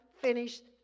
finished